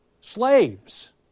slaves